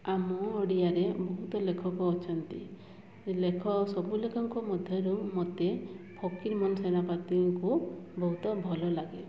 ଆମ ଓଡ଼ିଆରେ ବହୁତ ଲେଖକ ଅଛନ୍ତି ଲେଖକ ସବୁ ଲେଖକଙ୍କ ମଧ୍ୟରୁ ମୋତେ ଫକୀରମୋହନ ସେନାପତିଙ୍କୁ ବହୁତ ଭଲଲାଗେ